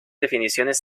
definiciones